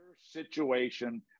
situation